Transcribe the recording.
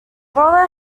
rollo